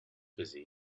busy